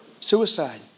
suicide